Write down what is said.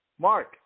Mark